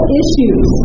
issues